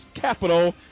capital